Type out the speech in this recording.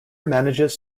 manages